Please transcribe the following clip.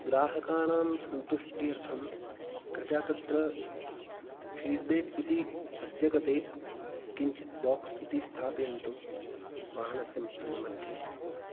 ग्राहकाणां सन्तुष्ट्यर्थं कृपया तत्र फ़िड्बेक् इति तस्य कृते किञ्चित् बाक्स् इति स्थापयन्तु वाहनस्य मध्ये